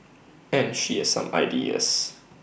and she has some ideas